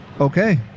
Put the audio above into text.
Okay